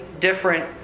different